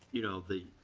you know the